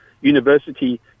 University